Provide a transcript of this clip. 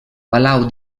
palau